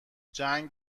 جنگ